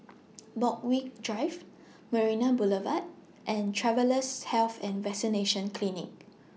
Borthwick Drive Marina Boulevard and Travellers' Health and Vaccination Clinic